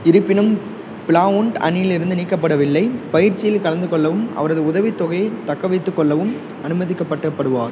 இருப்பினும் ப்ளாவுண்ட் அணியில் இருந்து நீக்கப்படவில்லை பயிற்சியில் கலந்து கொள்ளவும் அவரது உதவித்தொகையைத் தக்கவைத்துக்கொள்ளவும் அனுமதிக்கப்பட்டு படுவார்